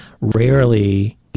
rarely